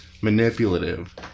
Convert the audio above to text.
Manipulative